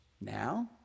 now